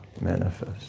manifest